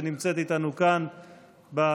שנמצאת איתנו כאן ביציע.